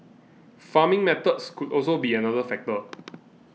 farming methods could also be another factor